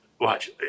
Watch